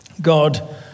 God